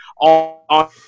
on